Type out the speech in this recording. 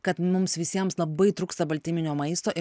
kad mums visiems labai trūksta baltyminio maisto ir